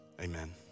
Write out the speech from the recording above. amen